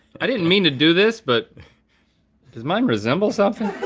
i didn't mean to do this but does mine resemble something?